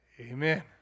amen